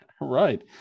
right